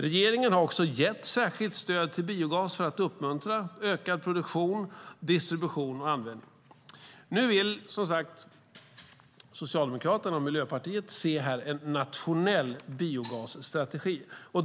Regeringen har också gett särskilt stöd till biogas för att uppmuntra ökad produktion, distribution och användning. Nu vill som sagt Socialdemokraterna och Miljöpartiet se en nationell biogasstrategi.